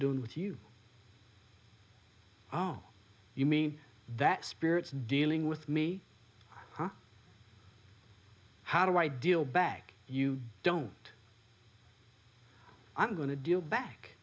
doing with you oh you mean that spirits dealing with me how do i deal back you don't i'm going to deal back